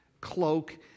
cloak